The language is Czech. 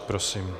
Prosím.